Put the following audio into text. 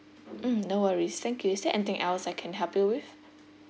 mm no worries thank you is there anything else I can help you with